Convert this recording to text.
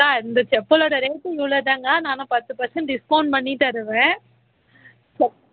அக்கா இந்த செப்பலோட ரேட்டு இவ்வளோ தாங்கக்கா நானும் பத்து பர்செண்ட் டிஸ்கவுண்ட் பண்ணித்தருவேன் சப்